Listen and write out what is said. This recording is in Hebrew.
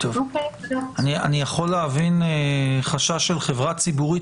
אני יכול להבין חשש של חברה ציבורית